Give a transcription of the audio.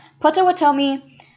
Potawatomi